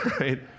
Right